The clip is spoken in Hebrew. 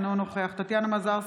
אינו נוכח טטיאנה מזרסקי,